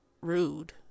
rude